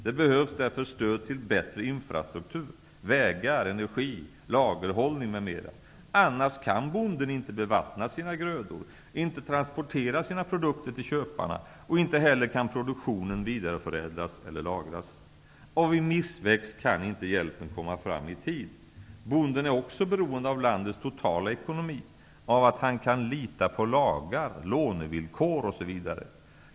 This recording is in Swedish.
Det behövs därför stöd till bättre infrastruktur, vägar, energi, lagerhållning m.m. -- annars kan bonden inte bevattna sina grödor och inte transportera sina produkter till köparna, och inte heller kan produktionen vidareförädlas eller lagras. Vid missväxt kan inte hjälpen komma fram i tid. Bonden är också beroende av landets totala ekonomi, av att han kan lita på lagar, lånevillkor osv.